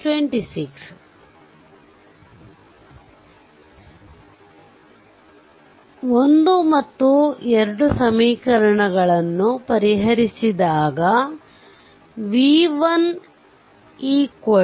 1 ಮತ್ತು 2 ಸಮೀಕರಣವನ್ನು ಪರಿಹರಿಸಿದಾಗ v1 17